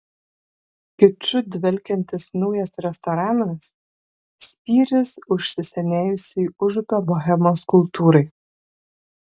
kiču dvelkiantis naujas restoranas spyris užsisenėjusiai užupio bohemos kultūrai